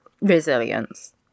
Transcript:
resilience